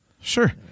sure